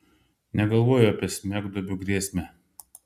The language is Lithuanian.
negalvojo apie smegduobių grėsmę